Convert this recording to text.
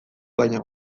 baina